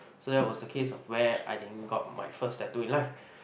so that was the case of where I didn't got my first tattoo in life